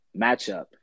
matchup